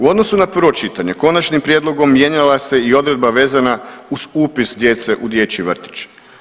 U odnosu na prvo čitanje, konačnim prijedlogom mijenjala se i odredba vezana uz upis djece u dječji vrtić.